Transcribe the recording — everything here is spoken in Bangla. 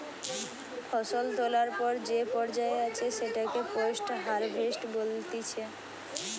ফসল তোলার পর যে পর্যায়ে আছে সেটাকে পোস্ট হারভেস্ট বলতিছে